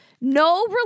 no